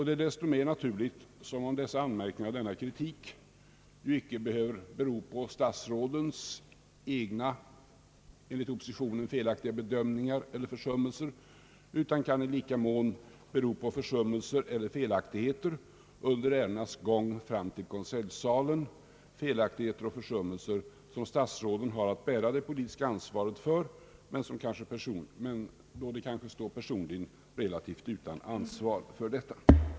Det är desto mera naturligt, som dessa anmärkningar och denna kritik icke behöver bero på statsrådens egna enligt oppositionen felaktiga bedömningar eller försummelser utan i lika mån kan bero på försummelser eller felaktigheter under ärendenas gång fram till konseljsalen — felaktigheter och försummelser som statsråden har att bära det politiska ansvaret för, men som de kanske står personligen utan ansvar för.